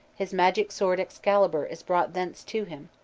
his magic sword excalibur is brought thence to him,